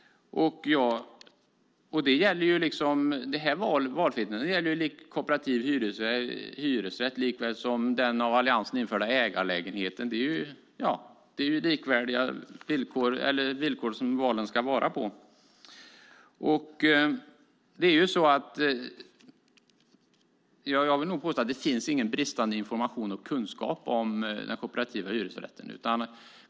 Valfriheten gäller kooperativ hyresrätt likaväl som den av Alliansen införda ägarlägenheten. Det är likvärdiga villkor som valen ska vara på. Jag vill nog påstå att det inte finns någon bristande information och kunskap om den kooperativa hyresrätten.